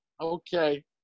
okay